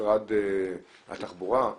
משרד התחבורה?